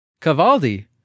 Cavaldi